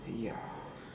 ya